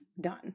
done